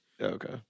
Okay